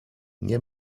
nie